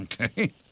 Okay